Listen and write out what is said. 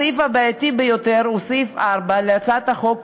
הסעיף הבעייתי ביותר הוא סעיף 4 להצעת החוק,